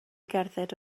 gerdded